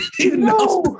no